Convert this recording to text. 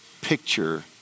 picture